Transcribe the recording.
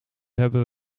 hebben